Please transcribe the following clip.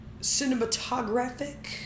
Cinematographic